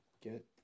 Get